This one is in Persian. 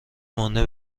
مانده